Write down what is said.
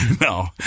no